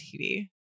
TV